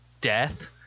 death